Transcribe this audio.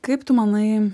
kaip tu manai